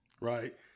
Right